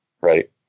right